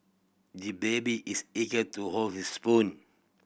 the baby is eager to hold his spoon